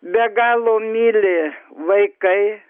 be galo myli vaikai